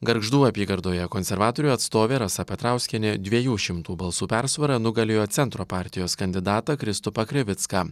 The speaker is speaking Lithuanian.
gargždų apygardoje konservatorių atstovė rasa petrauskienė dviejų šimtų balsų persvara nugalėjo centro partijos kandidatą kristupą krivicką